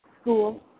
school